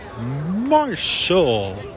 Marshall